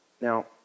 Now